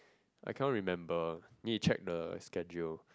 I cannot remember need to check the schedule